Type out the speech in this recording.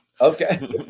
Okay